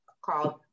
called